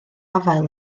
afael